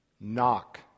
knock